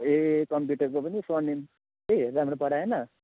ए कम्प्युटरको पनि स्वर्णिमले के राम्रो पढाएन